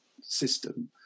system